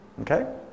Okay